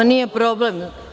Nije problem.